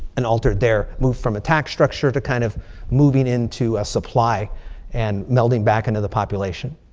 and altered their move from a tax structure to kind of moving into a supply and melding back into the population.